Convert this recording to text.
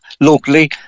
locally